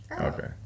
Okay